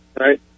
right